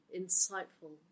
insightful